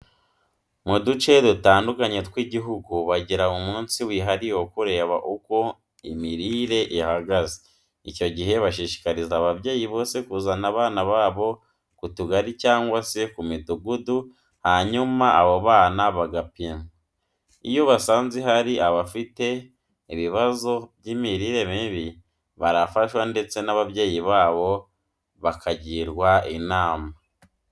Mu duce dutandukanye tw'Igihugu bagira umunsi wihariye wo kureba uko imirire ihagaze. Icyo gihe bashishikariza ababyeyi bose kuzana abana babo ku tugari cyangwa se ku midugudu hanyuma abo bana bagapimwa. Iyo basanze hari abafite ibibazo by'imirire mibi, barafashwa ndetse n'ababyeyi babo bakagirwa inama.